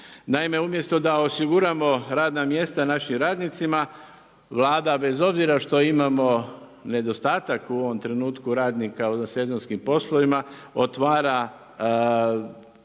Naime, umjesto da osiguramo radna mjesta našim radnicima, Vlada bez obzira što imamo nedostatak u ovom trenutku radnika, ovosezonskim poslovima, otvara